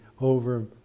over